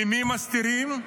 ממי מסתירים?